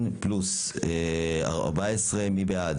3. מי נגד?